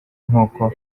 nkuko